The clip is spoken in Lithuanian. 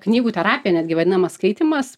knygų terapija netgi vadinamas skaitymas